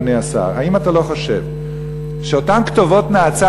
אדוני השר: האם אתה לא חושב שאותן כתובות נאצה